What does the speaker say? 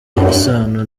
isano